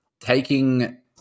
taking